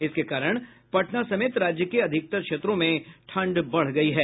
इसके कारण पटना समेत राज्य के अधिकतर क्षेत्रों में ठंड बढ़ गयी है